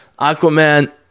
Aquaman